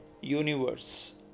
universe